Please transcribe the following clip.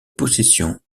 possession